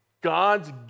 God's